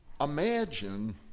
Imagine